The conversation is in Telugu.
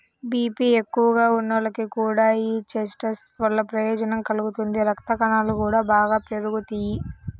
బీపీ ఎక్కువగా ఉన్నోళ్లకి కూడా యీ చెస్ట్నట్స్ వల్ల ప్రయోజనం కలుగుతుంది, రక్తకణాలు గూడా బాగా పెరుగుతియ్యి